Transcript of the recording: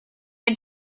had